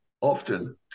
often